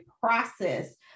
process